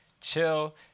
chill